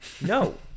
no